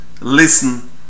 listen